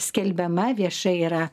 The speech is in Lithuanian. skelbiama viešai yra